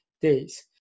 days